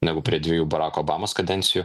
negu prie dviejų barako obamos kadencijų